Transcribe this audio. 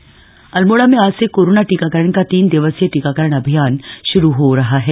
टीकाकरण अभियान अल्मोड़ा में आज से कोरोना टीकारण का तीन दिवसीय टीकाकरण अभियान श्रू हो रहा है